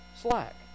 slack